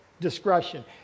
discretion